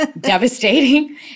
devastating